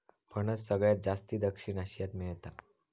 फणस सगळ्यात जास्ती दक्षिण आशियात मेळता